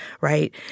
right